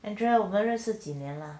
andrea 我们认识几年了